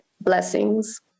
blessings